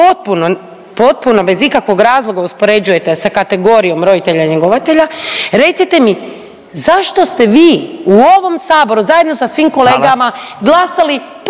potpuno bez ikakvog razloga uspoređujete sa kategorijom roditelja njegovatelja recite mi zašto ste vi u ovom saboru zajedno sa svim kolegama…/Upadica